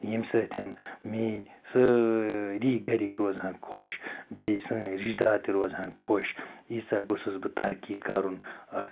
ییٚمہِ سۭتۍ میٛٲنۍ سٲری گھرِکۍ روزِ ہان خۄش بیٚیہِ سٲنۍ رِشتہٕ دار تہِ روزِ ہان خۄش ییٖژاہ گوٚژھُس بہٕ ترقی کَرُن اَتھ